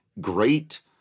great